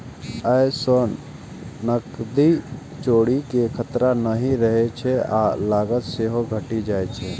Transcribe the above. अय सं नकदीक चोरी के खतरा नहि रहै छै आ लागत सेहो घटि जाइ छै